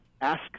ask